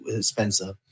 Spencer